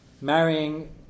marrying